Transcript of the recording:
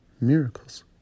miracles